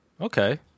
okay